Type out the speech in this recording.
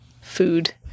Food